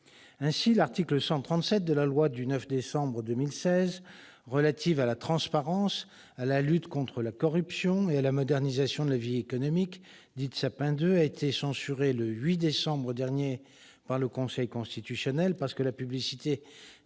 échoué. L'article 137 de la loi du 9 décembre 2016 relative à la transparence, à la lutte contre la corruption et à la modernisation de la vie économique, dite « Sapin 2 », a été censuré le 8 décembre dernier par le Conseil constitutionnel, au motif que la publicité